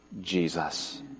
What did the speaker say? Jesus